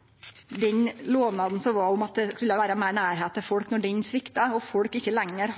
om at det ville vere nærleik til folk. Den har svikta, og folk har ikkje lenger